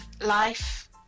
life